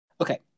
Okay